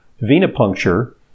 venipuncture